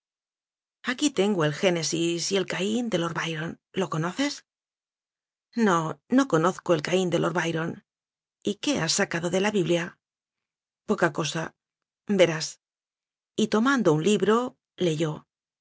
aquí tengo el génesis y el caín de lord byron lo conoces no noconozco el caín de lord byron y qué has sacado de la biblia poca cosa verásy tomando un libro leyó